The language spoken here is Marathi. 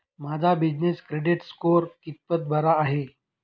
माझा बिजनेस क्रेडिट स्कोअर कितपत बरा आहे?